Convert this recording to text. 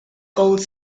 gold